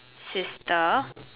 sister